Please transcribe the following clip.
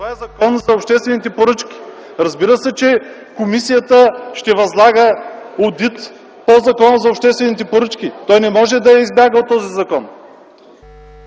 Това е Законът за обществените поръчки. Разбира се, че комисията ще възлага одит по Закона за обществените поръчки. Не може да избяга от този закон.